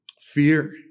fear